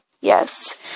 Yes